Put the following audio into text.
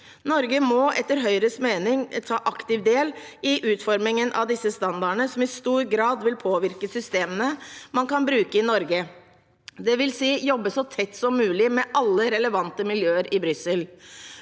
Norge må etter Høyres mening ta aktivt del i utformingen av disse standardene, som i stor grad vil påvirke systemene man kan bruke i Norge, dvs. jobbe så tett som mulig med alle relevante miljøer i Brussel.